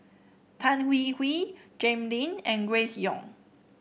Tan Hwee Hwee Jay Lim and Grace Young